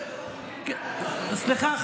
סליחה,